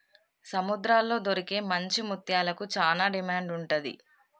సముద్రాల్లో దొరికే మంచి ముత్యాలకు చానా డిమాండ్ ఉంటది